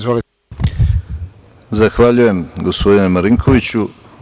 Zahvaljujem gospodine Marinkoviću.